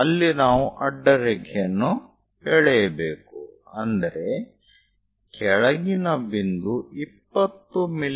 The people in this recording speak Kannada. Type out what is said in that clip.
ಅಲ್ಲಿ ನಾವು ಅಡ್ಡರೇಖೆಯನ್ನು ಎಳೆಯಬೇಕು ಅಂದರೆ ಕೆಳಗಿನ ಬಿಂದು 20 ಮಿ